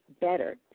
better